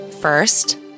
First